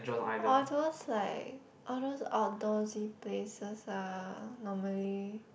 all those like all those outdoors he places ah normally